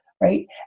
right